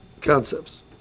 concepts